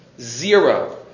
Zero